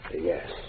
yes